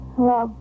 Hello